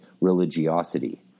religiosity